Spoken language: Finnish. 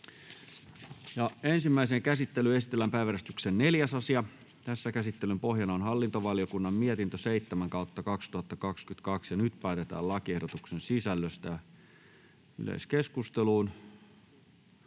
Ensimmäiseen käsittelyyn esitellään päiväjärjestyksen 4. asia. Käsittelyn pohjana on hallintovaliokunnan mietintö HaVM 7/2022 vp. Nyt päätetään lakiehdotuksen sisällöstä. [Speech